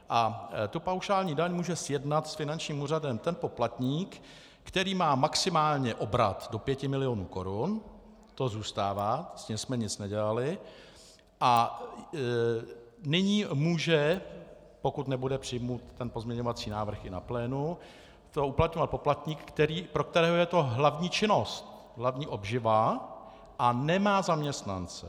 A tu paušální daň může sjednat s finančním úřadem ten poplatník, který má maximálně obrat do 5 milionů korun, to zůstává, s tím jsme nic nedělali, a nyní může, pokud nebude přijat ten pozměňovací návrh i na plénu, to uplatňovat i poplatník, pro kterého je to hlavní činnost, hlavní obživa, a nemá zaměstnance.